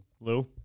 lou